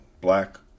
black